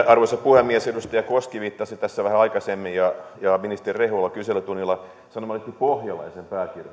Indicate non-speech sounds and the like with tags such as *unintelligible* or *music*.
*unintelligible* arvoisa puhemies edustaja koski viittasi tässä vähän aikaisemmin ja ministeri rehula kyselytunnilla sanomalehti pohjalaisen pääkirjoitukseen